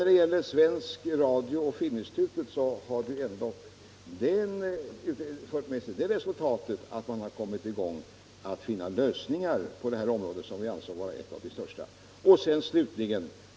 När det gäller samarbetet mellan Sveriges Radio och Filminstitutet har ju utredningsarbetet ändå fört med sig det resultatet att man kommit i gång med att finna lösningar på detta område, som vi ansåg vara ett av de största i detta sammanhang.